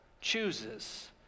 chooses